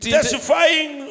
Testifying